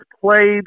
played